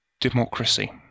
democracy